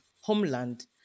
homeland